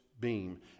beam